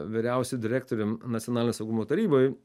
vyriausiu direktorium nacionalinio saugumo taryboj